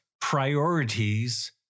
priorities